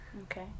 Okay